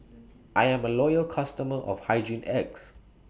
I Am A Loyal customer of Hygin X